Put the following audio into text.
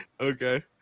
Okay